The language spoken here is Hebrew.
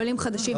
עולים חדשים ברור,